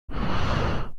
ازاده